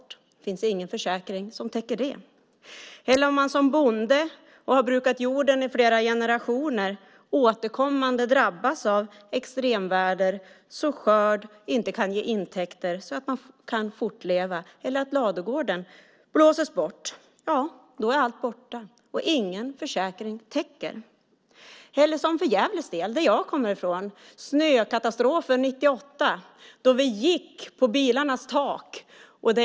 Det finns ingen försäkring som täcker det. Tänk er att som bonde som har brukat jorden i flera generationer återkommande drabbas av extremväder så att skörden inte kan ge intäkter så att man kan fortleva. Eller tänk er att ladugården blåses bort! Då är allt borta, och ingen försäkring täcker. Jag kommer från Gävle. Där hade vi en snökatastrof 1998, då vi gick på bilarnas tak.